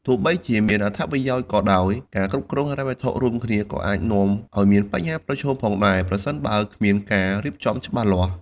ទោះបីជាមានអត្ថប្រយោជន៍ក៏ដោយ ការគ្រប់គ្រងហិរញ្ញវត្ថុរួមគ្នាក៏អាចនាំឲ្យមានបញ្ហាប្រឈមផងដែរ ប្រសិនបើគ្មានការរៀបចំច្បាស់លាស់។